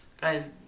guys